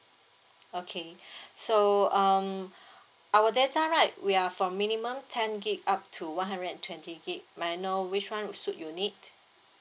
okay so um our data right we are from minimum ten G_B up to one hundred and twenty G_B may I know which [one] will suit your need